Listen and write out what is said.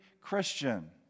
Christian